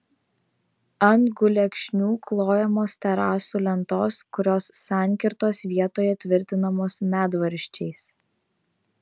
ant gulekšnių klojamos terasų lentos kurios sankirtos vietoje tvirtinamos medvaržčiais